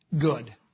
good